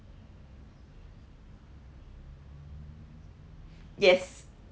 yes